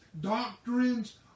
doctrines